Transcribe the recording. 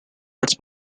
arts